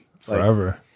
Forever